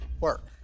work